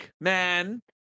man